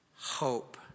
hope